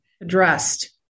addressed